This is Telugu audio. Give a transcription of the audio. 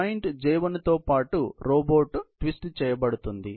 జాయింట్ J1 తో పాటు రోబోట్ ట్విస్ట్ చేయబడుతుంది